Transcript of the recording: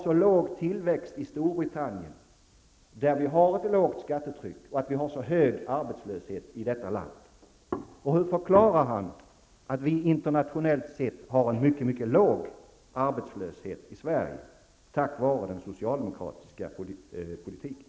Storbritannien, där skattetrycket är lågt och arbetslösheten mycket hög? Och hur förklarar Bo Lundgren att vi i Sverige internationellt sett har en mycket låg arbetslöshet tack vare den socialdemokratiska politiken?